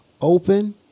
open